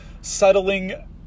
settling